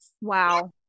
wow